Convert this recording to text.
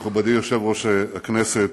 מכובדי יושב-ראש הכנסת,